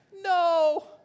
no